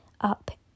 up